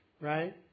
right